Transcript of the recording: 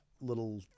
little